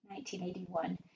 1981